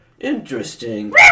Interesting